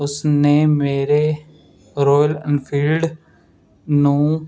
ਉਸ ਨੇ ਮੇਰੇ ਰੋਇਲ ਇੰਨਫੀਲਡ ਨੂੰ